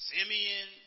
Simeon